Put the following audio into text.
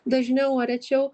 dažniau ar rečiau